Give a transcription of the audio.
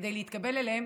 כדי להתקבל אליהן